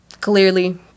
clearly